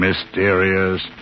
Mysterious